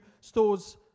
stores